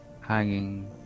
hanging